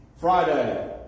Friday